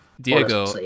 Diego